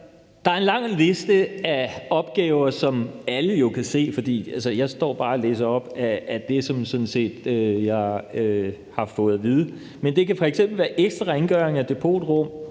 Der er en lang liste af opgaver, som alle jo kan se. Jeg står bare og læser op af det, som jeg har fået at vide. Det kan f.eks. ekstra rengøring af depotrum,